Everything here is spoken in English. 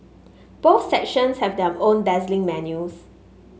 both sections have their own dazzling menus